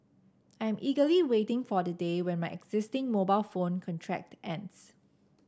I am eagerly waiting for the day when my existing mobile phone contract ends